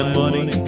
money